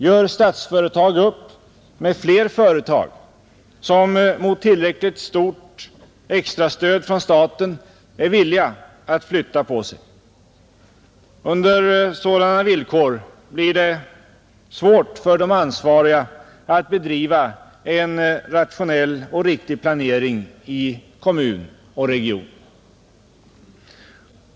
Gör Statsföretag upp med fler företag som mot ett tillräckligt stort extrastöd från staten är villiga att flytta på sig? Under sådana villkor blir det svårt för de ansvariga att bedriva en rationell och riktig planering i kommun och region.